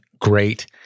great